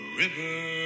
river